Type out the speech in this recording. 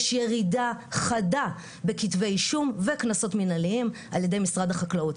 יש ירידה חדה בכתבי אישום וקנסות מינהליים על-ידי משרד החקלאות.